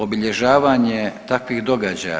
Obilježavanje takvih događaja.